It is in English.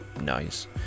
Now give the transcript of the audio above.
nice